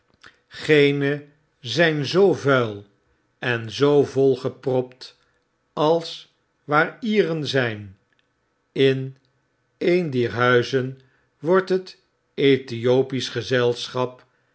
geene zyn zoo vuil en zoo volgepropt als waar leren zyn in een dier huizen wordt het ethiopisch gezelschap